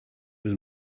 was